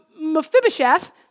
Mephibosheth